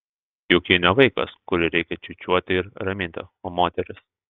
juk ji ne vaikas kurį reikia čiūčiuoti ir raminti o moteris